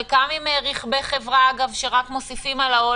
חלקם עם רכבי חברה שרק מוסיפים עכשיו על העול